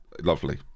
lovely